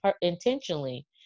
intentionally